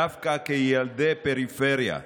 דווקא כילדי פריפריה,